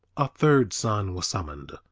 a third son was summoned.